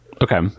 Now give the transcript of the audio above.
Okay